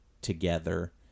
together